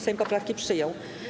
Sejm poprawkę przyjął.